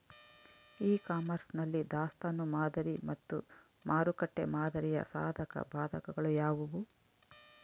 E commerce ನಲ್ಲಿ ದಾಸ್ತನು ಮಾದರಿ ಮತ್ತು ಮಾರುಕಟ್ಟೆ ಮಾದರಿಯ ಸಾಧಕಬಾಧಕಗಳು ಯಾವುವು?